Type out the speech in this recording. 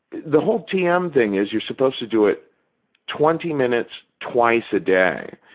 the whole tm thing is you're supposed to do it twenty minutes twice a day,